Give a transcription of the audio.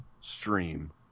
Stream